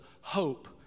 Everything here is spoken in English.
hope